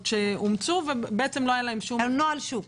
שאומצו ולא היה- -- על נוהל שוק.